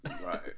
Right